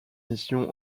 mission